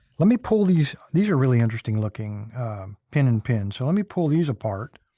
let me pull these. these are really interesting looking pin in pins. so, let me pull these apart